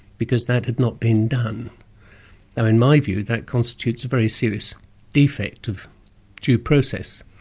because that had not been done. now in my view, that constitutes a very serious defect of due process.